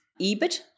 EBIT